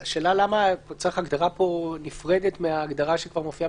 השאלה, למה צריך פה הגדרה נפרדת מזו שמופיעה.